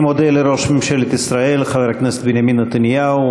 אני מודה לראש ממשלת ישראל חבר הכנסת בנימין נתניהו,